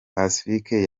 pacifique